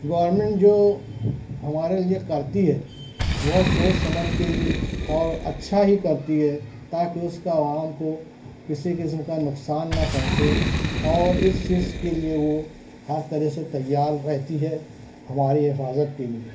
government جو ہمارے لیے کرتی ہے بہت سوچ سمجھ کے لیے اور اچھا ہی کرتی ہے تاکہ اس کا عوام کو کسی قسم کا نقصان نہ پہنچے اور اس چیز کے لیے وہ ہر طرح سے تیار رہتی ہے ہماری حفاظت کے لیے